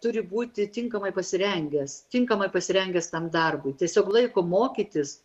turi būti tinkamai pasirengęs tinkamai pasirengęs tam darbui tiesiog laiko mokytis